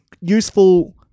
useful